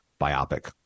biopic